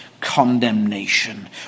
condemnation